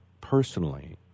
personally